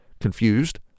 Confused